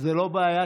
לא, נגמר לך.